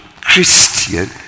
Christian